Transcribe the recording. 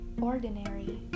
ordinary